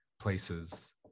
places